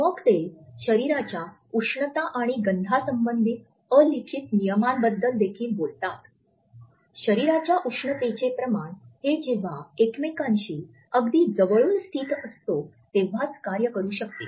मग ते शरीराच्या उष्णता आणि गंधासंबंधित अलिखित नियमांबद्दल देखील बोलतात शरीराच्या उष्णतेचे प्रमाण हे जेव्हा एकमेकांशी अगदी जवळून स्थित असतो तेव्हाच कार्य करू शकते